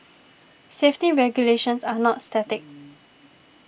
safety regulations are not static